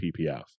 PPF